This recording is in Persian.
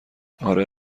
اره